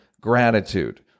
gratitude